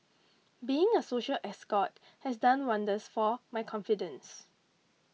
being a social escort has done wonders for my confidence